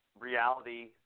reality